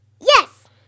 Yes